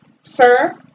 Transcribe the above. sir